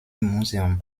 museum